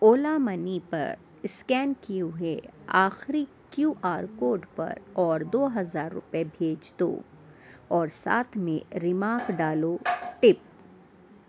اولا money پر scan کیے ہوئے آخری کیو آر کوڈ پر اور دو ہزار روپے بھیج دو اور ساتھ میں ریمارک ڈالو ٹپ